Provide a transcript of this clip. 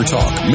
Talk